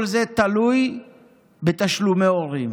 כל זה תלוי בתשלומי הורים,